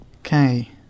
Okay